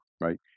right